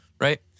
Right